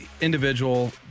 individual